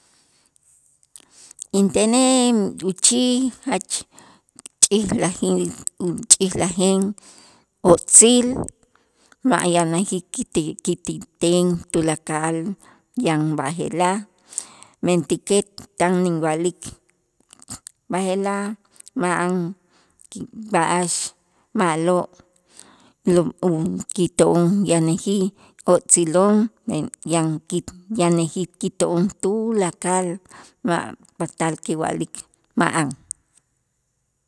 Intenej uchij jach ch'ilajij uch'ilajen o'tzil ma' yanäjij ki ti ki ti ten tulakal yan b'aje'laj, mentäkej tan inwa'lik b'aje'laj ma'an b'a'ax ma'lo' u kito'on yanäjij o'tzilon men yan ki yanäjij kito'on tulakal ma' patal kiwa'lik ma'an.